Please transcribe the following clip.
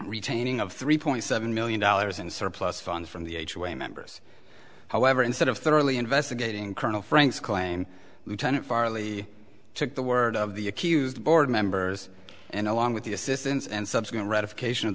retaining of three point seven million dollars in surplus funds from the age to a members however instead of thoroughly investigating colonel frank's claim lieutenant farley took the word of the accused board members and along with the assistance and subsequent